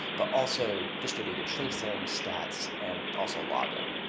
but also, distributed tracing, stats, and also logging.